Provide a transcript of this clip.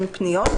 הוכפל,